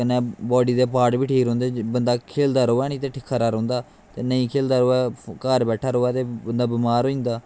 body दे part बी ठीक रौंह्दे बंदा खेलदा रवै नी ते खरा रौंह्दा ते नेंई खेलदा रवै घर बैठा रवै ते बंदा बमार होई जंदा